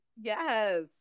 yes